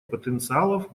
потенциалов